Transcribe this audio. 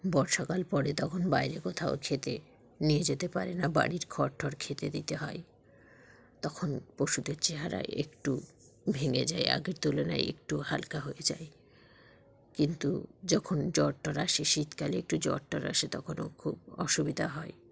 বর্ষাকাল পরে তখন বাইরে কোথাও খেতে নিয়ে যেতে পারে না বাড়ির খড় টড় খেতে দিতে হয় তখন পশুদের চেহারা একটু ভেঙে যায় আগের তুলনায় একটু হালকা হয়ে যায় কিন্তু যখন জ্বর ট্বর আসে শীতকালে একটু জ্বর ট্বর আসে তখনও খুব অসুবিধা হয়